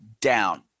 down